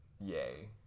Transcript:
yay